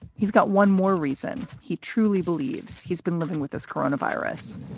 he's got one more reason. he truly believes he's been living with this coronavirus.